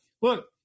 look